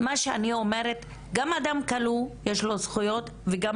מה שאני אומרת - גם לאדם כלוא יש זכויות וגם